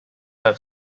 have